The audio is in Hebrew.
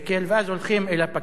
ואז הולכים אל הפקיד,